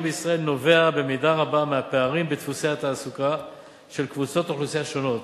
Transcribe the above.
נובע במידה רבה מהפערים בדפוסי התעסוקה של קבוצות אוכלוסייה שונות.